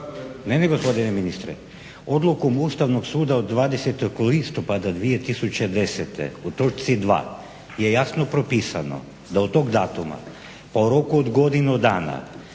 Ne, ne, gospodine ministre. Odlukom Ustavnog suda od 20. listopada 2010. u točci 2 je jasno propisano da od tog datuma pa u roku od godinu dana